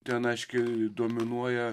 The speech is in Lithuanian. ten aiškiai dominuoja